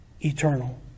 eternal